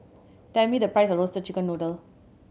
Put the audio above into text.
tell me the price of Roasted Chicken Noodle